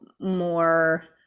more